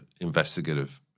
investigative